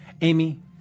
Amy